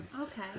okay